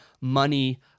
money